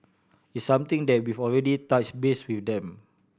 it's something that we've already touched base with them